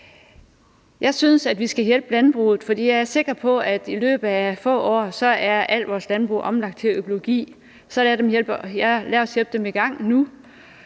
Jeg synes, at vi skal hjælpe landbruget, for jeg er sikker på, at i løbet af få år er alt vores landbrug omlagt til økologi, så lad os hjælpe dem i gang nu.